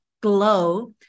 glow